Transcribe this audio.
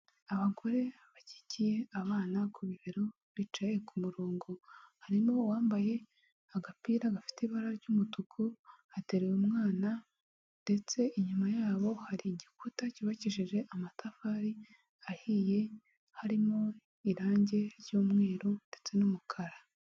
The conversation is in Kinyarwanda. Abagore bakikiye abana ku bibero bicaye ku murongo, harimo uwambaye agapira gafite ibara ry'umutuku ateruye umwana, ndetse inyuma yabo hari igikuta cyubakishije amatafari ahiye, harimo irangi ry'umweru ndetse n'umukara.